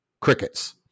crickets